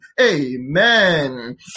Amen